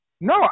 No